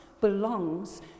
belongs